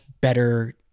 better